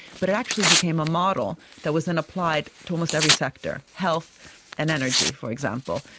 but actually became a model that was then applied to almost every sector health and energy for example.